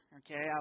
okay